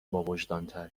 باوجدانتر